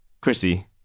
Chrissy